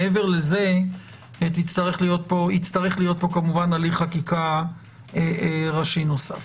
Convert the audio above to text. מעבר לזה יצטרך להיות פה הליך חקיקה ראשי נוסף.